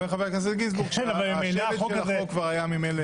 חבר הכנסת גינזבורג אומר ש- -- כבר היה ממילא